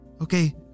Okay